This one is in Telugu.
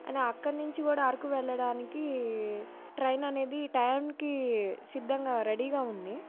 అయిన అక్కడి నుంచి కూడా అరకు వెళ్ళడానికి ట్రైన్ అనేది టయానికి సిద్ధంగా రెడీగా ఉంది